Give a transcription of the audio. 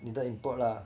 你的 import lah